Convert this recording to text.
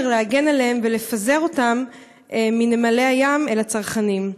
להגן עליהם ולפזר אותם מנמלי הים אל הצרכנים.